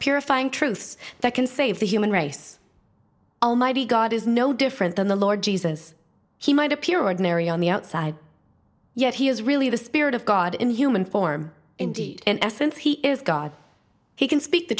purifying truths that can save the human race almighty god is no different than the lord jesus he might appear ordinary on the outside yet he is really the spirit of god in human form indeed in essence he is god he can speak the